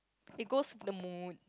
it goes with the mood